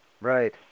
Right